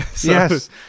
Yes